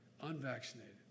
unvaccinated